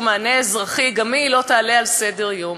מענה אזרחי גם היא לא תעלה על סדר-היום.